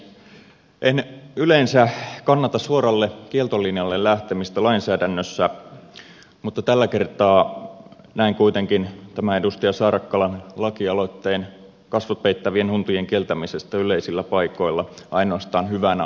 en yleensä kannata suoralle kieltolinjalle lähtemistä lainsäädännössä mutta tällä kertaa näen kuitenkin tämän edustaja saarakkalan lakialoitteen kasvot peittävien huntujen kieltämisestä yleisillä paikoilla ainoastaan hyvänä asiana